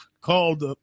called